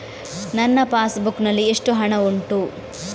ನನ್ನ passbook ನಲ್ಲಿ ಎಷ್ಟು ಹಣ ಉಂಟು?